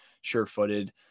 sure-footed